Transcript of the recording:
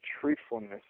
truthfulness